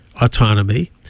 autonomy